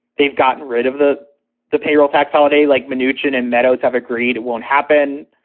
they've gotten rid of the the payroll tax holiday like manoogian and meadow's have agreed it won't happen.